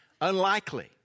unlikely